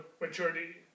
maturity